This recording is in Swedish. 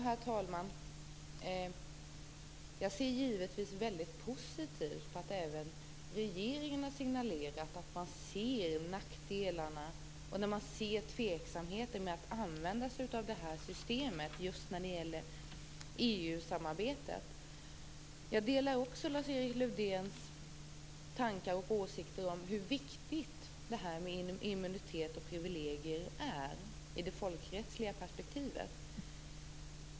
Herr talman! Jag ser givetvis väldigt positivt på att även regeringen har signalerat att man ser nackdelar och tveksamheter när det gäller att använda sig av det här systemet just i EU-samarbetet. Jag instämmer i Lars-Erik Lövdéns tankar och åsikter om hur viktigt detta med immunitet och privilegier är i ett folkrättsligt perspektiv.